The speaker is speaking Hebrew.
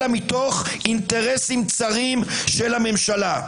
אלא מתוך אינטרסים צרים של הממשלה.